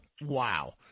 Wow